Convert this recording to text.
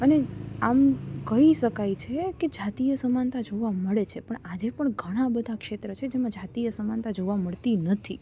અને આમ કહી શકાય છે કે જાતીય સમાનતા જોવા મળે છે પણ આજે પણ ઘણાં બધાં ક્ષેત્ર છે જેમાં જાતીય સમાનતા જોવા મળતી નથી